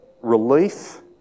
relief